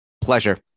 Pleasure